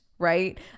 right